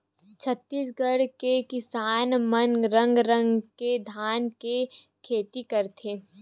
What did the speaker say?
छत्तीसगढ़ के किसान मन रंग रंग के धान के खेती करथे